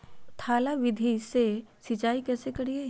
थाला विधि से सिंचाई कैसे करीये?